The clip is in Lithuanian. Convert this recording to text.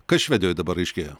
kas švedijoje dabar aiškėja